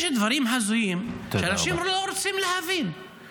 יש דברים הזויים שאנשים לא רוצים להבין,